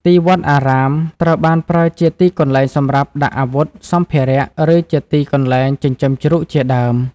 ទីវត្តអារាម ត្រូវបានប្រើជាទីកន្លែងសម្រាប់ដាក់អាវុធ សម្ភារៈ ឬជាទីកន្លែង ចិញ្ចឹមជ្រូក ជាដើម ។